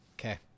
Okay